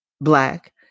black